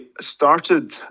started